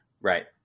right